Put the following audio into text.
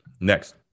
next